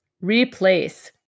replace